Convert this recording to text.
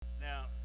Now